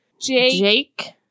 Jake